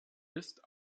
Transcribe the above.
ist